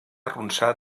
arronsar